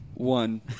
One